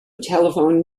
telephoned